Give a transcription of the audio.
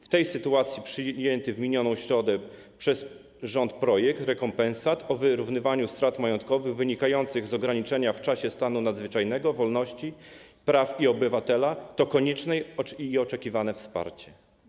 W tej sytuacji przyjęty w minioną środę przez rząd projekt rekompensat o wyrównywaniu strat majątkowych wynikających z ograniczenia w czasie stanu nadzwyczajnego wolności praw i obywatela to konieczne i oczekiwane wsparcie.